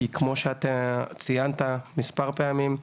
כי כמו שאתה ציינת מספר פעמים,